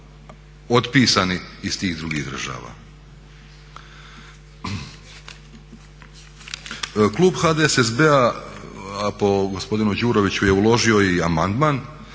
iz tih drugih država. Klub HDSSB-a a po gospodinu Đuroviću je i uložio amandman